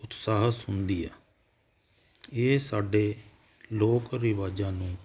ਉਤਸਾਹਸ ਹੁੰਦੀ ਐ ਇਹ ਸਾਡੇ ਲੋਕ ਰਿਵਾਜਾਂ ਨੂੰ